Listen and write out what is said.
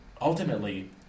ultimately